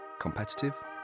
Competitive